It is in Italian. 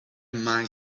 mai